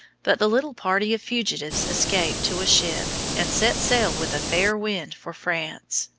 but the little party of fugitives escaped to a ship and set sail with a fair wind for france.